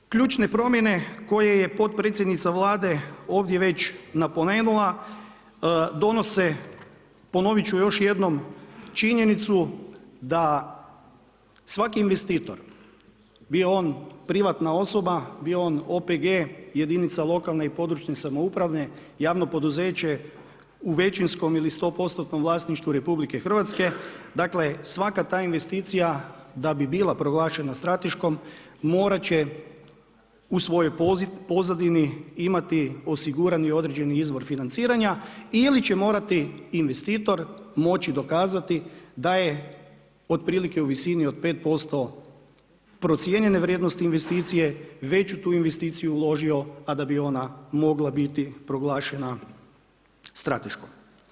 Dakle, ključne promjene koje je potpredsjednica Vlade ovdje već napomenula donose ponovit ću još jednom, činjenicu da svaki investitor, bio on privatna osoba, bio on OPG, jedinica lokalne i područne samouprave, javno poduzeće, u većinskom ili 100%-tnom vlasništvu RH, dakle, svaka ta investicija da bi bila proglašena strateškom morat će u svojoj pozadini imati osigurani određeni izvor financiranja ili će morati investitor moći dokazati da je otprilike u visinu od 5% procijenjene vrijednosti investicije, veću tu investiciju uložio a da bi ona mogla biti proglašena strateškom.